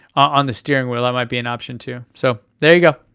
um the steering wheel, that might be an option, too. so there you go,